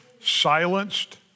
silenced